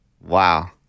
Wow